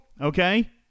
okay